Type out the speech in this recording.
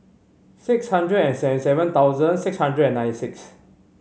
six hundred and seventy seven thousand six hundred and ninety six